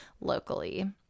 locally